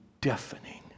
deafening